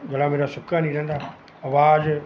ਗਲਾ ਮੇਰਾ ਸੁੱਕਾ ਨਹੀਂ ਰਹਿੰਦਾ ਆਵਾਜ਼